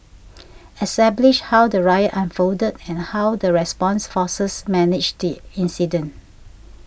establish how the riot unfolded and how the response forces managed the incident